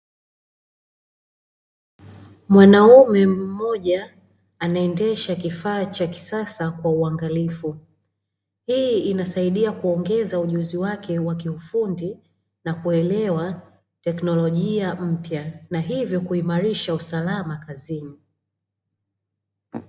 Mwanaume mmoja anaendesha kifaa cha kisasa kwa uangalifu, hii inasaidia kuongeza ujuzi wake wa kiufundi na kuelewa teknolojia mpya na hivyo kuimarisha usalama kazini.